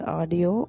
audio